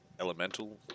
elemental